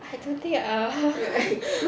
I don't think err